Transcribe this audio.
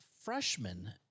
freshman